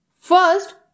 First